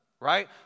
right